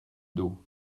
dos